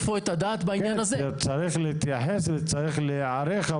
צריך להתייחס וצריך להיערך.